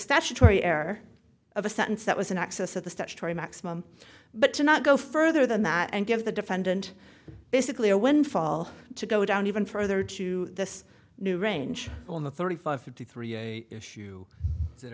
statutory air of a sentence that was in excess of the statutory maximum but to not go further than that and give the defendant basically a windfall to go down even further to this new range on the thirty five fifty three issue that